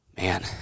Man